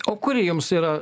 o kuri jums yra